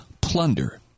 plunder